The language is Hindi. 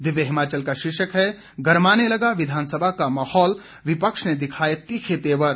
दिव्य हिमाचल का शीर्षक है गर्माने लगा विधानसभा का माहौल विपक्ष ने दिखाए तीखे तेवर